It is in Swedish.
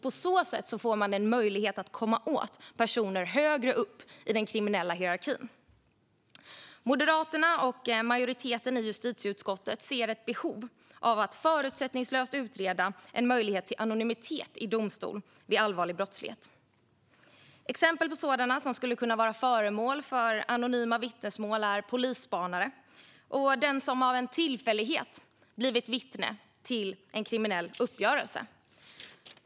På så sätt får man en möjlighet att komma åt personer högre upp i den kriminella hierarkin. Moderaterna och majoriteten i justitieutskottet ser ett behov av att förutsättningslöst utreda en möjlighet till anonymitet i domstol vid allvarlig brottslighet. Exempel på personer som skulle kunna vara föremål för anonyma vittnesmål är polisspanare och den som av en tillfällighet blivit vittne till en kriminell uppgörelse.